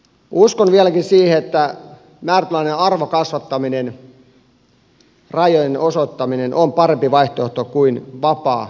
uskon vieläkin siihen että määrätynlainen arvokasvattaminen rajojen osoittaminen on lapsille parempi vaihtoehto kuin vapaa kasvatus